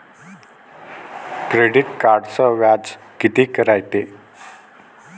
Credit कार्डचं व्याज कितीक रायते?